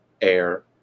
air